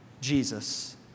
Jesus